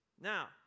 Now